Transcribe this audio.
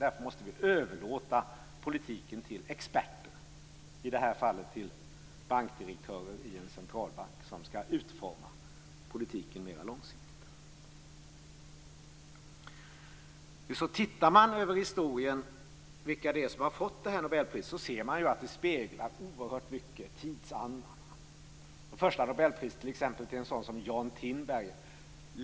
Därför måste vi överlåta politiken till experterna, i det här fallet till bankdirektörer i en centralbank, som skall utforma politiken mera långsiktigt. Tittar man på historien och vilka som har fått detta nobelpris ser man att det oerhört mycket speglar tidsandan. Det första nobelpriset gick t.ex. till en sådan som Jan Tinbergen.